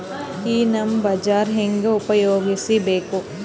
ಈ ನಮ್ ಬಜಾರ ಹೆಂಗ ಉಪಯೋಗಿಸಬೇಕು?